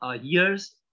years